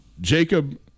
Jacob